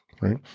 right